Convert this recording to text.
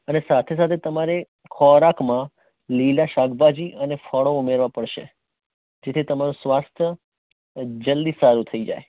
અને સાથે સાથે તમારે ખોરાકમાં લીલા શાકભાજી અને ફળો ઉમેરવા પડશે જેથી તમારું સ્વાસ્થ્ય જલ્દી સારું થઈ જાય